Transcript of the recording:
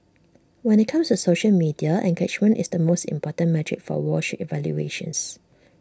when IT comes to social media engagement is the most important metric for wall street valuations